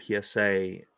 PSA